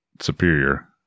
Superior